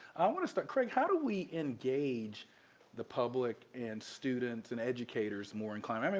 i want to start craig, how do we engage the public and students and educators more on climate? i mean,